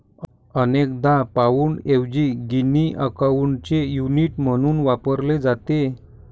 अनेकदा पाउंडऐवजी गिनी अकाउंटचे युनिट म्हणून वापरले जाते